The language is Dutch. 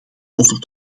over